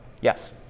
Yes